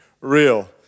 real